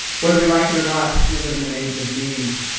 whether we like it or not, we live in an age of memes.